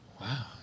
Wow